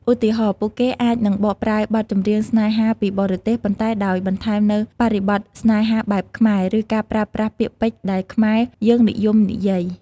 ឧទាហរណ៍ ពួកគេអាចនឹងបកប្រែបទចម្រៀងស្នេហាពីបរទេស ប៉ុន្តែដោយបន្ថែមនូវបរិបទស្នេហាបែបខ្មែរ ឬការប្រើប្រាស់ពាក្យពេចន៍ដែលខ្មែរយើងនិយមនិយាយ។